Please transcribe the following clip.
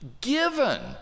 given